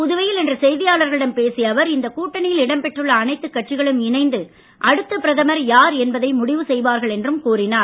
புதுவையில் இன்று செய்தியாளர்களிடம் பேசிய அவர் இந்த கூட்டணியில் இடம்பெற்றுள்ள அனைத்துக் கட்சிகளும் இணைந்து அடுத்த பிரதமர் யார் என்பதை முடிவு செய்வார்கள் என்று கூறினார்